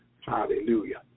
Hallelujah